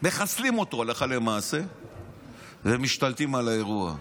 מחסלים אותו הלכה למעשה ומשתלטים על האירוע.